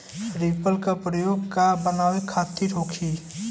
Reaper का प्रयोग का बनावे खातिन होखि?